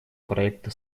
проекта